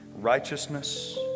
righteousness